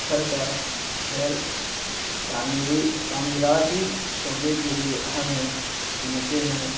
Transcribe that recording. پتھر کا شعر تعمری تعمیراتی شولے کے لیے اہم ہیں صنعتیں ہیں